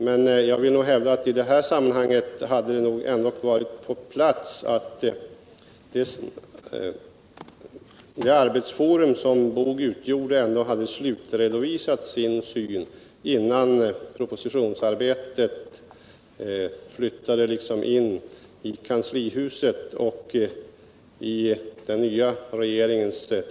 Men det hade nog ändå varit på sin plats att det arbetsforum som BOG utgjorde slutredovisat sin syn innan propositionsarbetet påbörjades i kanslihuset och i den nya regeringen.